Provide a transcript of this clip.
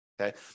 Okay